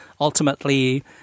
Ultimately